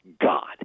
God